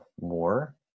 more